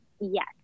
yes